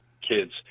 kids